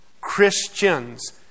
Christians